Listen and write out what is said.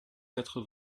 quatre